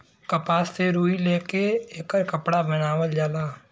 कपास से रुई ले के एकर कपड़ा बनावल जाला